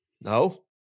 No